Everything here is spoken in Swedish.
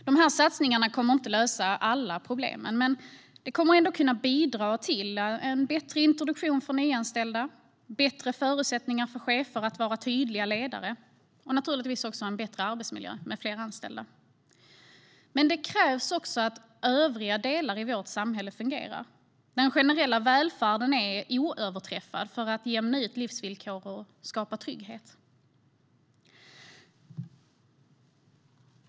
Dessa satsningar kommer inte att lösa alla problem, men de kommer att kunna bidra till bättre introduktion för nyanställda, bättre förutsättningar för chefer att vara tydliga ledare och naturligtvis också en bättre arbetsmiljö med fler anställda. Men det krävs också att övriga delar i vårt samhälle fungerar. Den generella välfärden är oöverträffad för att jämna ut livsvillkor och skapa trygghet.